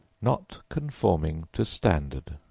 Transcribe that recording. not conforming to standard.